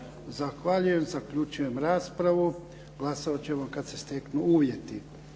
Zahvaljujem. Zaključujem raspravu. Glasovat ćemo kada se steknu uvjeti.